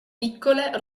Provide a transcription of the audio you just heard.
piccole